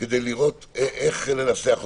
כדי לראות איך לנסח אותם,